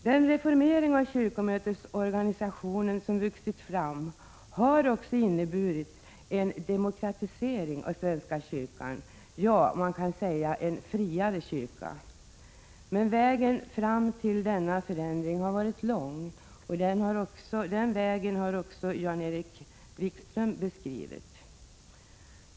Den reformering av kyrkomötets organisation som har vuxit fram har 183 också inneburit en demokratisering av svenska kyrkan — ja, man kan säga en friare kyrka. Men vägen fram till denna förändring har varit lång, och Jan-Erik Wikström har beskrivit den.